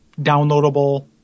downloadable